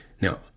now